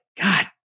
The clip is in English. God